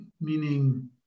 meaning